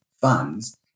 funds